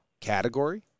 category